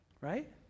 right